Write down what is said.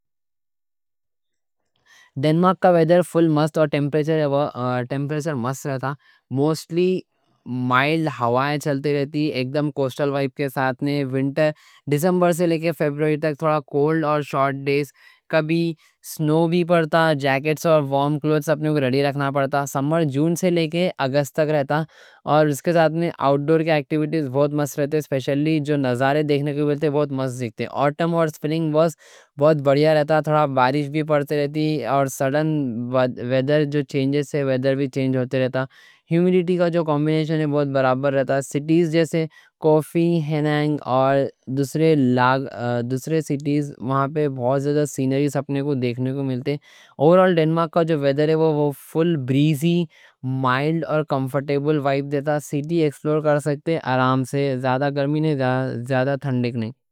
ڈنمارک کا ویڈر فل مست اور ٹیمپریچر مست رہتا، موسٹلی مائلڈ ہوائیں چلتے رہتی، ایک دم کوسٹل وائپ کے ساتھ۔ ونٹر ڈسمبر سے لے کے فبروری تک تھوڑا کولڈ اور شارٹ ڈیز، کبھی سنو بھی پڑتا۔ جیکٹس اور وارم کلوٹس اپنے کو ریڈی رکھنا پڑتا۔ سمر جون سے لے کے اگست تک رہتا۔ اور اس کے ساتھ میں آؤٹ ڈور کے ایکٹیوٹیز بہت مست رہتے، سپیشلی جو نظارے دیکھنے کے بولے تو بہت مست رہتے۔ آٹم اور سپرنگ بہت بڑیا رہتا، تھوڑا بارش بھی پڑتے رہتی اور سڈن ویڈر جو چینجز سے ویڈر بھی چینج ہوتے رہتا۔ ہیومیڈیٹی کا جو کمبینیشن ہے بہت برابر رہتا۔ سٹیز جیسے کوفی ہینینگ اور دوسرے سٹیز وہاں پہ بہت زیادہ سینریز اپنے کو دیکھنے کو ملتے۔ آل ڈنمارک کا جو ویڈر ہے وہ فل بریزی، مائلڈ اور کمفرٹیبل وائپ دیتا، سٹی ایکسپلور کر سکتے آرام سے، زیادہ گرمی نہیں، زیادہ تھنڈک نہیں۔